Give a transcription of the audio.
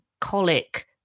colic